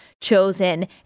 chosen